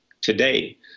today